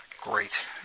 Great